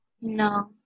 no